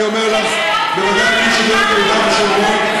אני אומר לך שמי שדואג ליהודה ושומרון,